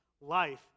life